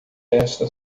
esta